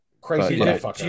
Crazy